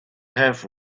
have